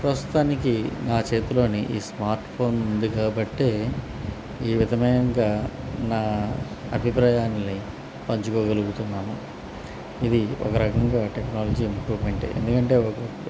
ప్రస్తుతానికి నా చేతిలోని ఈ స్మార్ట్ ఫోన్ ఉంది కాబట్టే ఈ విధంగా నా అభిప్రాయాన్ని పంచుకోగలుగుతున్నాము ఇది ఒక రకంగా టెక్నాలజీ ఇంప్రూవ్మెంటే ఎందుకంటే ఒక